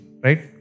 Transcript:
right